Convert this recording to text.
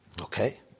Okay